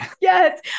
Yes